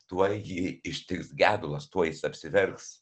tuoj jį ištiks gedulas tuoj apsiverks